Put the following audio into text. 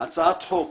הצעת חוק